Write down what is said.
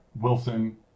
Wilson